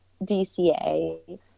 dca